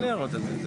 אין הערות על זה.